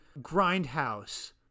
grindhouse